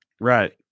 Right